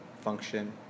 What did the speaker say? function